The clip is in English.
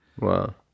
Wow